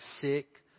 sick